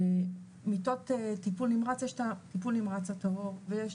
מיטות טיפול נמרץ יש את הטיפול נמרץ הטהור ויש